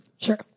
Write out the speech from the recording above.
sure